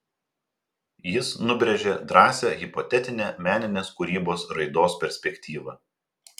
jis nubrėžė drąsią hipotetinę meninės kūrybos raidos perspektyvą